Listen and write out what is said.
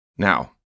Now